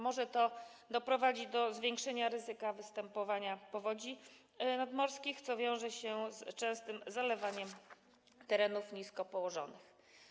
Może to doprowadzić do zwiększenia ryzyka występowania powodzi nadmorskich, co wiąże się z częstym zalewaniem terenów nisko położonych.